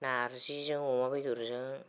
नारजिजों अमा बेदरजों